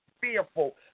fearful